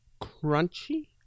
crunchy